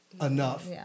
enough